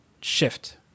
shift